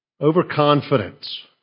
Overconfidence